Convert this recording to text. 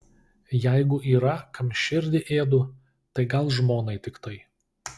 jeigu yra kam širdį ėdu tai gal žmonai tiktai